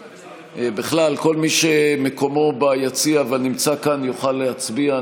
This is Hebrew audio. בכלל, כל מי שמקומו ביציע ונמצא כאן יוכל להצביע.